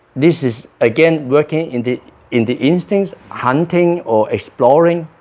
this is again working in the in the instincts hunting or exploring